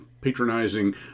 patronizing